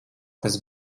tas